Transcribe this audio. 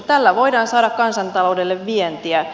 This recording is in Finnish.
tällä voidaan saada kansantaloudelle vientiä